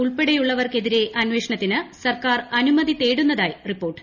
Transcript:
ഉൾപ്പെടെയുള്ളവർക്കെതിരെ അന്വേഷണത്തിന് സർക്കാർ അനുമതി തേടുന്നതായി റിപ്പോർട്ട്